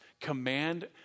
command